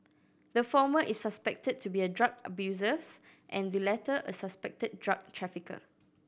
the former is suspected to be a drug abusers and the latter a suspected drug trafficker